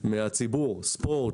ספורט,